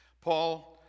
Paul